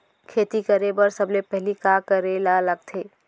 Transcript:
खेती करे बर सबले पहिली का करे ला लगथे?